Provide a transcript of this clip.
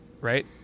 Right